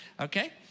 okay